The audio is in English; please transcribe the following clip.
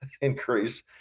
increase